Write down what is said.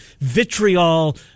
vitriol